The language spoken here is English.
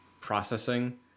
processing